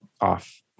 Off